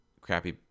crappy